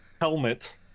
helmet